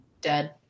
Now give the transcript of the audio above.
Dead